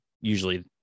usually